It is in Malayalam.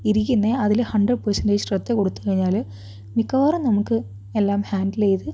ഇരിക്കുന്നത് അതിൽ ഹണ്ട്രഡ് പെർസന്റ്റേജ് ശ്രദ്ധ കൊടുത്തു കഴിഞ്ഞാൽ മിക്കവാറും നമുക്ക് എല്ലാം ഹാൻഡിൽ ചെയ്തു